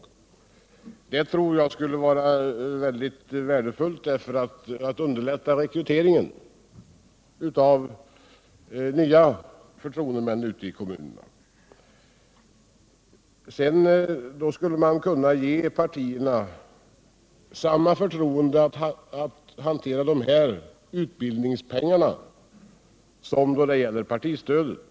Jag tror att detta skulle vara mycket värdefullt för att underlätta rekryteringen av nya förtroendemän ute i kommunerna. Och då skulle man ge partierna samma förtroende att hantera dessa utbildningspengar som beträffande partistödet.